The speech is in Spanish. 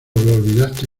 olvidaste